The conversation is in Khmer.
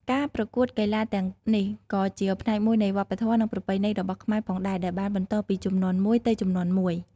ការប្រកួតកីឡាទាំងនេះក៏ជាផ្នែកមួយនៃវប្បធម៌ និងប្រពៃណីរបស់ខ្មែរផងដែរ ដែលបានបន្តពីជំនាន់មួយទៅជំនាន់មួយ។